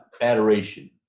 adoration